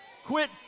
Quit